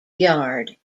yard